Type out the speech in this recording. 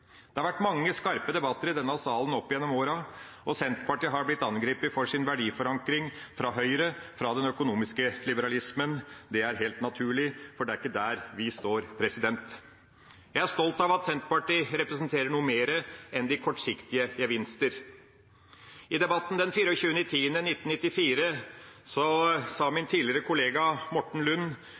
Det har vært mange skarpe debatter i denne salen opp gjennom åra, og Senterpartiet har blitt angrepet for sin verdiforankring fra høyresiden – fra den økonomiske liberalismen. Det er helt naturlig, for det er ikke der vi står. Jeg er stolt av at Senterpartiet representerer noe mer enn de kortsiktige gevinster. I debatten den 24. oktober i 1994 sa min tidligere kollega Morten Lund: